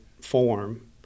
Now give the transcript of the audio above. form